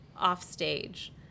offstage